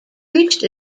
reached